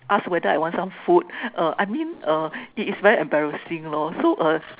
ask whether I want some food uh I mean uh it is very embarrassing lor so as